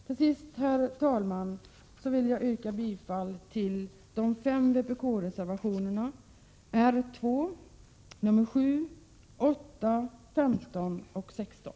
Till sist, fru talman, vill jag yrka bifall till de fem vpk-reservationerna 2, 7, 8, 15 och 16.